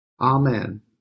amen